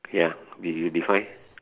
ya did you define